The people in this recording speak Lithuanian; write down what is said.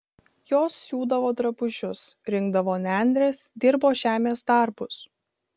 jos siūdavo drabužius rinkdavo nendres dirbo žemės darbus